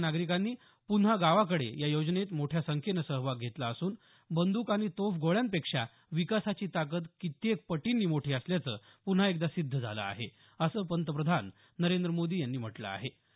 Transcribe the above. तिथल्या नागरिकांनी पून्हा गावाकडे या योजनेत मोठ्या संख्येनं सहभाग घेतला असून बंदक आणि तोफगोळ्यांपेक्षा विकासाची ताकद कित्येक पटींनी मोठी असल्याचं पुन्हा एकदा सिद्ध झालं आहे असं पंतप्रधान नरेंद्र मोदी यांनी म्हटलं आहे